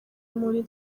muri